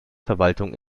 verwaltung